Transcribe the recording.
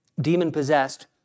demon-possessed